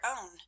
own